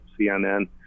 CNN